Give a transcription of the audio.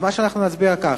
נצביע כך.